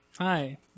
Hi